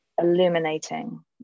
illuminating